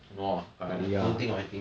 no ah I don't think my thing